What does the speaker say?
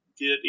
get